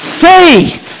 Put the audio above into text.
faith